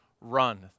run